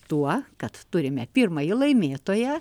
tuo kad turime pirmąjį laimėtoją